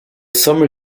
summer